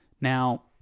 Now